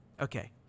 Okay